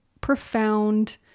profound